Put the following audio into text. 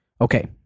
okay